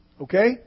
Okay